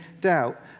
doubt